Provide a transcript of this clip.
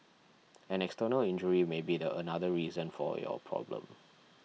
an external injury may be the another reason for your problem